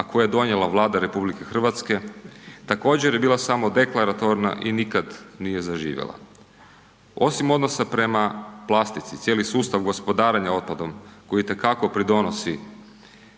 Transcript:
a koji je donijela Vlada RH također je bila samo deklaratorna i nikad nije zaživjela. Osim odnosa prema plastici cijeli sustav gospodarenja otpadom koji itekako pridonosi